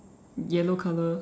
yellow color